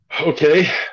Okay